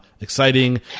exciting